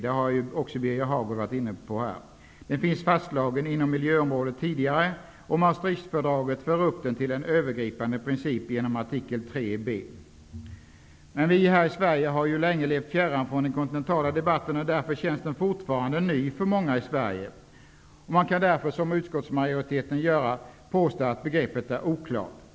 Detta har också Birger Hagård nämnt tidigare i debatten. Den finns sedan tidigare fastslagen inom miljöområdet. Maastrichtfördraget för upp den till en övergripande princip genom artikel 3b. Men vi här i Sverige har ju länge levt fjärran från den kontinentala debatten, och därför känns den fortfarande ny för många i Sverige. Man kan därför som utskottsmajoriteten gör påstå att begreppet är oklart.